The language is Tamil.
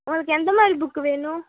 உங்களுக்கு எந்தமாதிரி புக்கு வேணும்